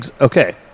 Okay